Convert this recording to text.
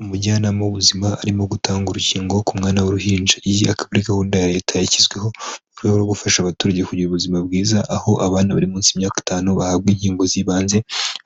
Umujyanama w'ubuzima arimo gutanga urukingo ku mwana w'uruhinja. Iyi ikaba ari gahunda ya leta yashyizweho, mu rwego rwo gufasha abaturage kugira ubuzima bwiza, aho abana bari munsi y’imyaka itanu bahabwa inkingo z'ibanze